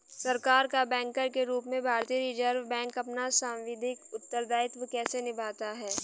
सरकार का बैंकर के रूप में भारतीय रिज़र्व बैंक अपना सांविधिक उत्तरदायित्व कैसे निभाता है?